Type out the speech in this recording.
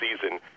season